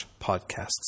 podcasts